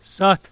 ستھ